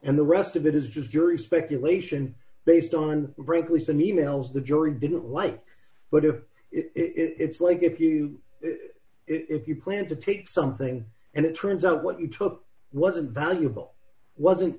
and the rest of it is just curious speculation based on brinkley some e mails the jury didn't like but if it's like if you if you plan to take something and it turns out what you took wasn't valuable wasn't